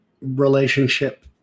relationship